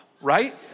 right